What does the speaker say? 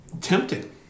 tempting